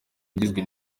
igizwe